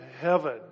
heaven